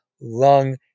lung